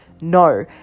no